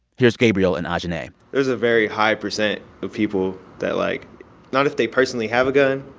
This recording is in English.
here's gabriel and ajahnay there's a very high percent of people that, like not if they personally have a gun,